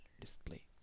display